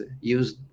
use